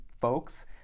folks